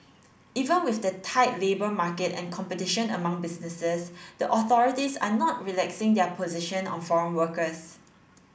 even with the tight labour market and competition among businesses the authorities are not relaxing their position on foreign workers